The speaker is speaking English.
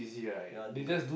ya they got